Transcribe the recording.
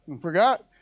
Forgot